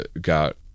got